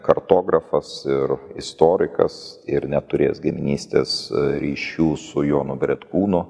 kartografas ir istorikas ir neturėsęs giminystės ryšių su jonu bretkūnu